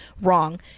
wrong